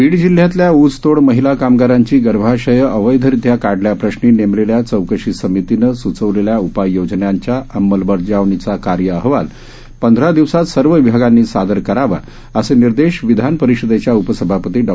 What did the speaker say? बीड जिल्ह्यातल्या ऊसतोड महिला कामगारांची गर्भाशयं अवैधरित्या काढल्याप्रश्नी नेमलेल्या चौकशी समितीनं सूचवलेल्या उपाययोजनांच्या अंमलबजावणीचा कार्य अहवाल पंधरा दिवसांत सर्व विभागांनी सादर करावा असे निर्देश विधान परिषदेच्या उपसभापती डॉ